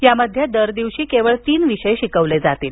यामधे दरदिवशी केवळ तीन विषय शिकवले जातील